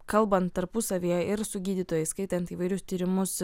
kalbant tarpusavyje ir su gydytojais įskaitant įvairius tyrimus